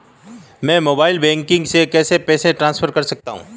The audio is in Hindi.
मैं मोबाइल बैंकिंग से पैसे कैसे ट्रांसफर कर सकता हूं?